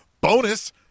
bonus